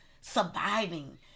surviving